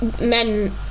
men